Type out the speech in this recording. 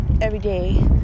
everyday